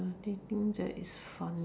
anything that is fun